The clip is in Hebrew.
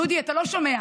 דודי, אתה לא שומע.